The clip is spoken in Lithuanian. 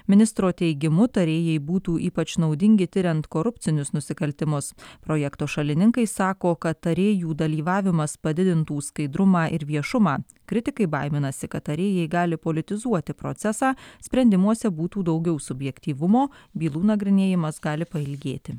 ministro teigimu tarėjai būtų ypač naudingi tiriant korupcinius nusikaltimus projekto šalininkai sako kad tarėjų dalyvavimas padidintų skaidrumą ir viešumą kritikai baiminasi kad tarėjai gali politizuoti procesą sprendimuose būtų daugiau subjektyvumo bylų nagrinėjimas gali pailgėti